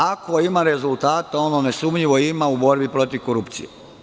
Ako ima rezultata onda nesumnjivo ima u borbi protiv korupcije.